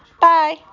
Bye